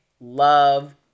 love